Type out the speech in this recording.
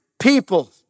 people